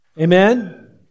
Amen